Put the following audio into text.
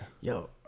yo